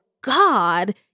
God